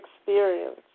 experience